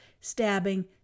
stabbing